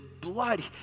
blood